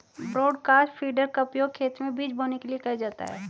broadcast feeder का उपयोग खेत में बीज बोने के लिए किया जाता है